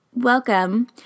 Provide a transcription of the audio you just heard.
welcome